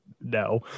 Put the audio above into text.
no